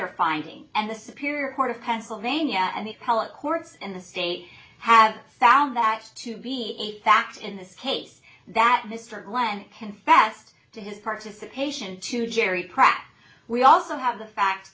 their finding and the superior court of pennsylvania and the appellate courts in the state have found that to be a fact in this case that mr glenn confessed to his participation to jerry pratt we also have the fact